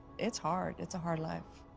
it's hard. it's a hard life.